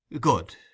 Good